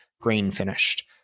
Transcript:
grain-finished